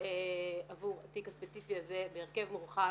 עבור התיק הספציפי הזה בהרכב מורחב,